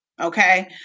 Okay